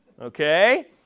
Okay